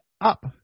up